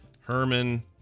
Herman